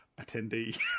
attendee